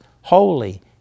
holy